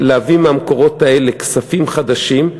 להביא מהמקורות האלה כספים חדשים,